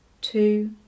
two